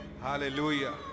Hallelujah